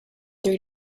three